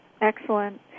Excellent